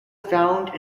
found